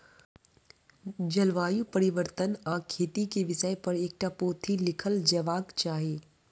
जलवायु परिवर्तन आ खेती के विषय पर एकटा पोथी लिखल जयबाक चाही